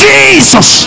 Jesus